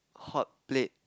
hotplate